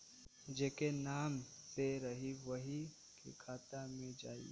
जेके नाम से रही वही के खाता मे जाई